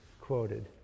quoted